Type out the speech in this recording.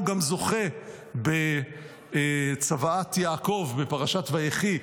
הוא גם זוכה בצוואת יעקב בפרשת ויחי,